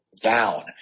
down